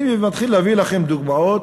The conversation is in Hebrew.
אני מתחיל להביא לכם דוגמאות,